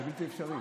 זה בלתי אפשרי.